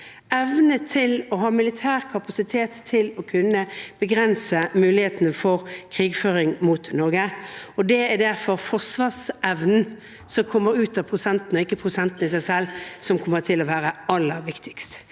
evne til å ha militær kapasitet til å kunne begrense mulighetene for krigføring mot Norge. Det er derfor forsvarsevnen som kommer ut av prosenten, kommer til å være aller viktigst,